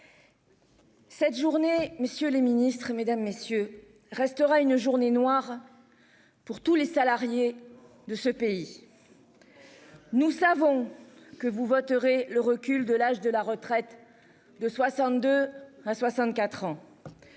Cette journée, messieurs les Ministres, Mesdames messieurs restera une journée noire. Pour tous les salariés de ce pays. Nous savons que vous voterez le recul de l'âge de la retraite de 62 à 64 ans.